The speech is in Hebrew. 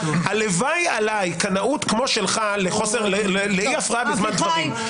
הלוואי עליי קנאות כמו שלך לאי הפרעה בזמן דברים.